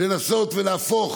לנסות ולהפוך